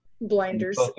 Blinders